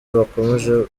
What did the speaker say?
bakomeje